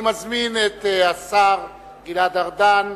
אני מזמין את השר גלעד ארדן,